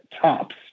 tops